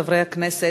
חברי הכנסת,